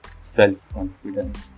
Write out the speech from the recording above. self-confidence